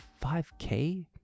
5k